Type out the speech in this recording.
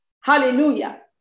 hallelujah